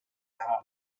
van